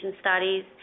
studies